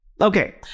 Okay